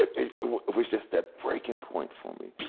it was just that breaking point for me.